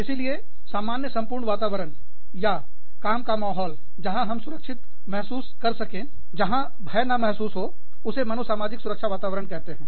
इसीलिए सामान्य संपूर्ण वातावरण या काम का माहौल जहां हम सुरक्षित महसूस कर सकें जहां भय ना महसूस हो उसे मनोसामाजिक सुरक्षा वातावरण कहते हैं